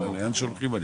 לאן שהולכים.